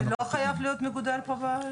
זה לא חייב להיות מגודל פה בארץ?